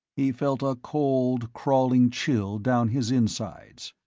he felt a cold, crawling chill down his insides.